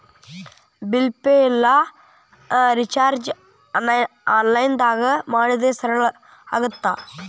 bill pay ಇಲ್ಲಾ ರಿಚಾರ್ಜ್ನ ಆನ್ಲೈನ್ದಾಗ ಮಾಡಿದ್ರ ಸರಳ ಆಗತ್ತ